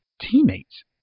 teammates